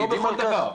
לא בכל דבר.